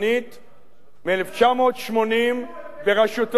מ-1980 בראשותו של מנחם בגין.